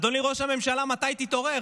אדוני ראש הממשלה, מתי תתעורר?